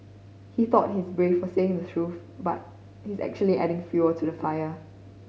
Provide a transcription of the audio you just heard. he thought he's brave for saying the truth but he's actually adding fuel to the fire